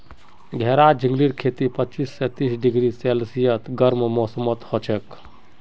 घेरा झिंगलीर खेती पच्चीस स तीस डिग्री सेल्सियस गर्म मौसमत हछेक